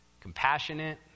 compassionate